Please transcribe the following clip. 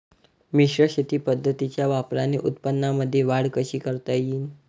मिश्र शेती पद्धतीच्या वापराने उत्पन्नामंदी वाढ कशी करता येईन?